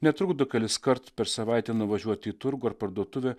netrukdo keliskart per savaitę nuvažiuot į turgų ar parduotuvę